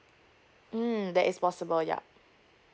mm that is possible yup